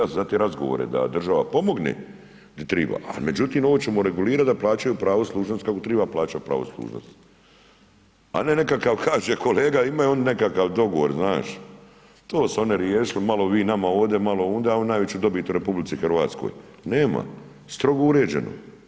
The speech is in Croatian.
Ja sam za te razgovore da država pomogne di treba ali međutim ovo ćemo regulirati da plaćaju pravo služnosti kako trebaju plaćati pravo služnosti a ne nekakav HŽ imaju, imaju oni nekakav dogovor, znaš, to su oni riješili malo vi nama ovdje, malo ondje a on najveća dobit u RH, nema, strogo uređeno.